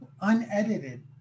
unedited